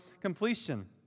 completion